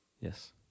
yes